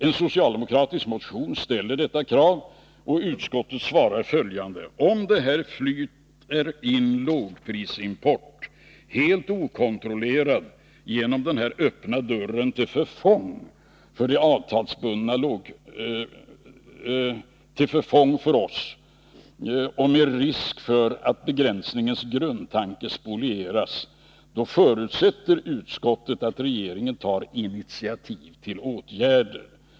En socialdemokratisk motion ställer detta krav, och utskottet svarar att om det flyter in lågprisimport helt okontrollerat genom den här öppna dörren till förfång för oss och med risk för att begränsningens grundtanke spolieras, då ”förutsätter utskottet att regeringen tar initiativ till erforderliga åtgärder”.